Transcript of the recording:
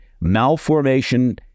malformation